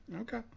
Okay